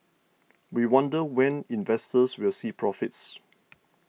we wonder when investors will see profits